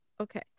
Okay